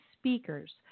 speakers